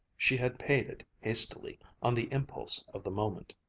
she had paid it hastily, on the impulse of the moment.